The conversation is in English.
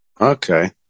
Okay